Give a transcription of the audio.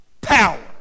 power